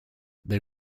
they